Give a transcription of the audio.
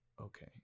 okay